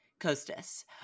costas